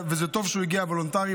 וזה טוב שהוא הגיע וולונטרי,